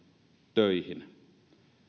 töihin